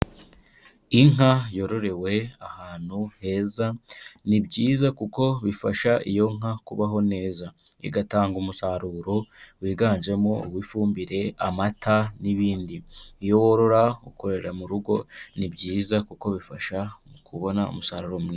Inka yororewe ahantu heza ni byiza kuko bifasha iyo nka kubaho neza, igatanga umusaruro wiganjemo uw'ifumbire, amata n'ibindi, iyo worora ukorera mu rugo ni byiza kuko bifasha mu kubona umusaruro mwiza.